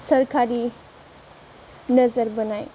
सोरखारि नोजोर बोनाय